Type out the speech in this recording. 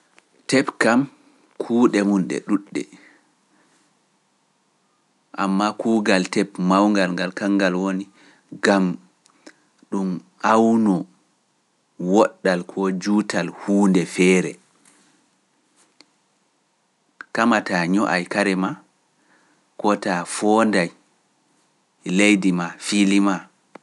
Tep kam kuuɗe mum ɗe ɗuuɗɗe, ammaa kuugal tep mawngal ngal kangal woni, gam ɗum awnoo woɗɗal ko juutal huunde feere, kama taa ño’ay kare maa, koo taa foonday leydi maa fiili maa.